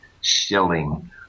shilling –